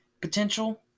potential